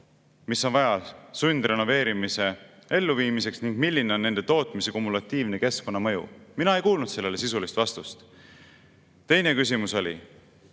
mida on vaja sundrenoveerimise elluviimiseks, ning milline on nende tootmise kumulatiivne keskkonnamõju. Mina ei kuulnud sellele sisulist vastust. Teine küsimus oli: